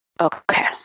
okay